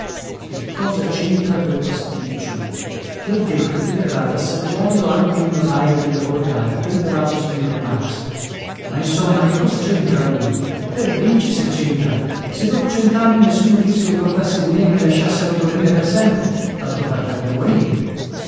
che cosa c'entra quel pasticcio ti ho detto che verrà ad assaggiarlo anche il notaio della borgata quel bravo signor max ma insomma che cosa c'entra lui perdinci se c'entra se dopo cent'anni nessuno più si ricordasse di me e mi lasciassero dormire per sempre tanto varrebbe morire